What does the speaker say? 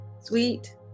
sweet